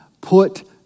put